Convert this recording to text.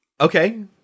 Okay